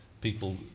people